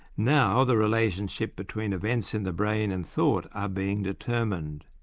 now the relationship between events in the brain and thought are being determined.